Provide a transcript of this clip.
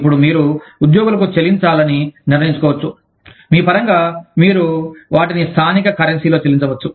ఇప్పుడు మీరు ఉద్యోగులకు చెల్లించాలని నిర్ణయించుకోవచ్చు మీ పరంగా మీరు వాటిని స్థానిక కరెన్సీలో చెల్లించవచ్చు